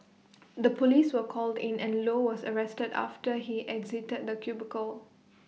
the Police were called in and low was arrested after he exited the cubicle